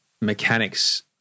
mechanics